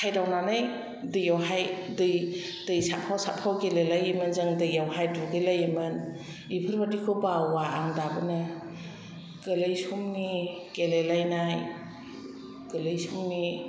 खायदावनानै दैआवहाय दै दै सादफाव सादफाव गेलेलायोमोन जों दैआवहाय दुगैलायोमोन बेफोरबादिखौ बावा आं दाबोनो गोलै समनि गेलेलायनाय गोलै समनि